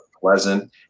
pleasant